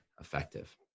effective